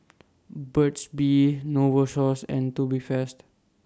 Burt's Bee Novosource and Tubifast